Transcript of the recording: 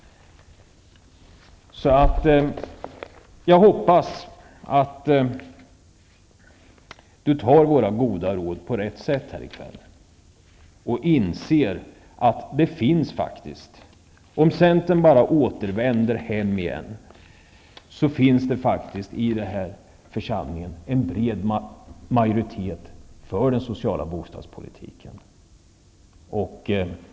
Jag hoppas därför att Agne Hansson tar våra goda råd på rätt sätt här i kväll och inser att det, om centern återvänder hem igen, i denna församling faktiskt finns en bred majoritet för den sociala bostadspolitiken.